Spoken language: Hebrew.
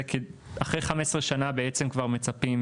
כי אחרי 15 שנה בעצם כבר מצפים,